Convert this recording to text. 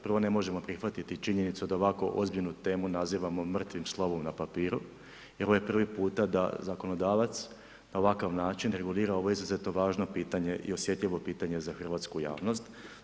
Prvo ne možemo prihvatiti činjenicu, da ovako ozbiljnu temu nazivamo mrtvim slovom na papiru, i evo, prvi puta da zakonodavac, na ovakav način, regulira ova izuzetno važno pitanje i osjetljivo pitanje za hrvatsku javnost.